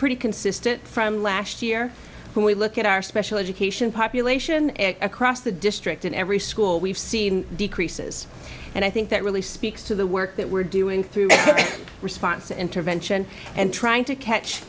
pretty consistent from last year when we look at our special education population across the district in every school we've seen decreases and i think that really speaks to the work that we're doing through the right response to intervention and trying to catch